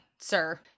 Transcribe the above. Sir